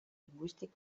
lingüístic